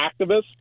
activists